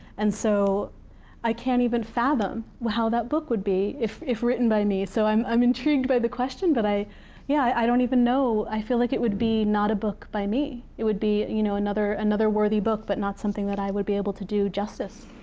and so i can't even fathom how that book would be if if written by me. so i'm i'm intrigued by the question, but i yeah i don't even know. i feel like it would be not a book by me. it would be you know another another worthy book, but not something that i would be able to do justice.